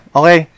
okay